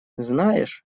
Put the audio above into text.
знаешь